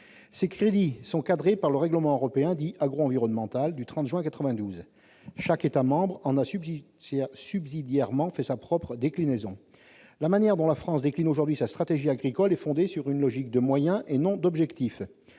Ces crédits sont cadrés par le règlement européen, dit agroenvironnemental, du 30 juin 1992. Chaque État membre en a subsidiairement fait sa propre déclinaison. La manière dont la France décline aujourd'hui sa stratégie agricole est fondée sur une logique de moyens, et non d'objectifs.